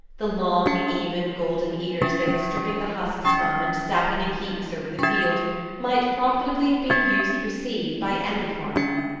the long, even, golden ears they were stripping the husks from and stacking in heaps over the field might profitably have been used for seed by any farmer.